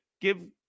give